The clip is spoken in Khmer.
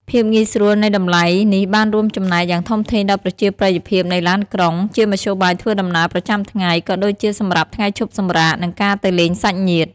ភាពងាយស្រួលនៃតម្លៃនេះបានរួមចំណែកយ៉ាងធំធេងដល់ប្រជាប្រិយភាពនៃឡានក្រុង ជាមធ្យោបាយធ្វើដំណើរប្រចាំថ្ងៃ ក៏ដូចជាសម្រាប់ថ្ងៃឈប់សម្រាក និងការទៅលេងសាច់ញាតិ។